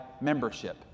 membership